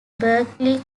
berklee